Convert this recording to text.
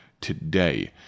today